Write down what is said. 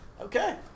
Okay